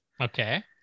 Okay